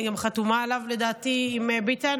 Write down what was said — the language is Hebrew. אני גם חתומה עליו עם ביטן,